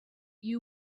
you